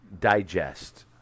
digest